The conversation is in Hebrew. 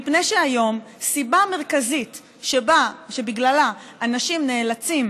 מפני שהיום, הסיבה המרכזית שבגללה אנשים נאלצים